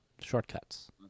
Shortcuts